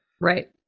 right